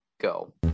Go